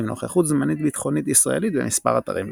נוכחות זמנית ביטחונית ישראלית במספר אתרים בסיני.